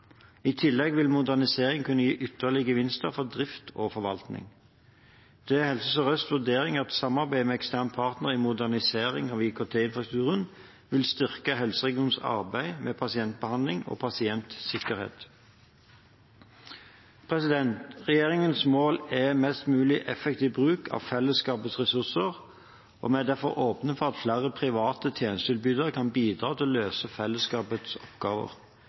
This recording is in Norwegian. I tillegg vil moderniseringen kunne gi ytterligere gevinster til drift og forvaltning. Det er Helse Sør-Østs vurdering at samarbeidet med ekstern partner i moderniseringen av IKT-infrastrukturen vil styrke helseregionens arbeid med pasientbehandling og pasientsikkerhet. Regjeringens mål er mest mulig effektiv bruk av fellesskapets ressurser, og vi er derfor åpne for at flere private tjenestetilbydere kan bidra til å løse fellesskapets oppgaver.